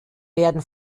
werden